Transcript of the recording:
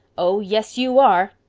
oh, yes, you are.